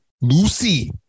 Lucy